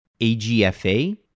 AGFA